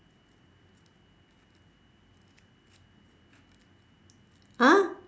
!huh!